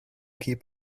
keep